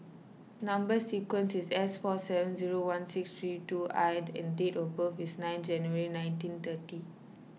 Number Sequence is S four seven zero one six three two one I and date of birth is nine January nineteen thirty